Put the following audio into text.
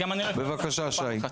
בבקשה, שי.